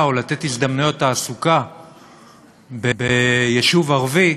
או לתת הזדמנויות תעסוקה ביישוב ערבי,